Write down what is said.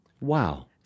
Wow